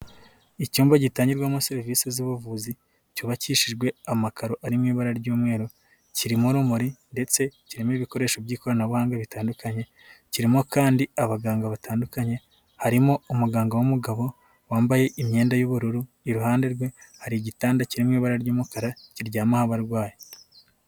Icyumba gitangirwamo serivisi z'ubuvuzi, cyubakishijwe amakaro ari mu ibara ry'umweru, kirimo urumuri, ndetse kirimo ibikoresho by'ikoranabuhanga bitandukanye, kirimo kandi abaganga batandukanye, harimo umuganga w'umugabo wambaye imyenda y'ubururu, iruhande rwe hari igitanda kiri mu ibara ry'umukara, kiryamaho abarwayi.